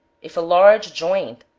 if a large joint,